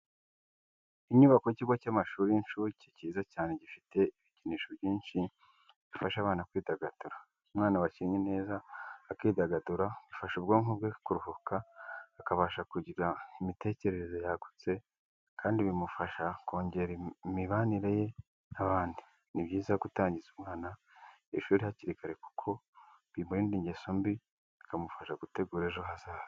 Inyubako y'ikigo cy'amashuri y'incuke kiza cyane gifite ibikinisho byinshi bifasha abana kwidagadura. Umwana wakinnye neza akidagadura bifasha ubwonko bwe kuruhuka, akabasha kugira imitekerereze yagutse kandi bimufasha kongera imibanire ye n'abandi. Ni byiza gutangiza umwana ishuri hakiri kare kuko bimurinda ingeso mbi, bikamufasha gutegura ejo hazaza.